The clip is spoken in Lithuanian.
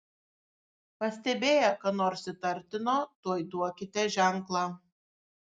pastebėję ką nors įtartino tuoj duokite ženklą